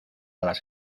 las